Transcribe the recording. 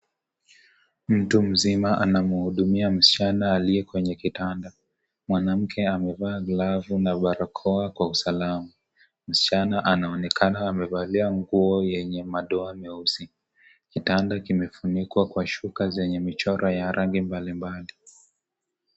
Mtu mzima anamuhudumia msichana aliye kwenye kitanda, mwanamke amevaa glavu na barakoa kwa usalama. Msichana anaonekana amevalia nguo yenye madoa meusi. Kitanda kimefunikwa kwa shuka zenye mchoro ya rangi mbali mbali.